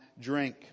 drink